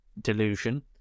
delusion